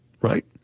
right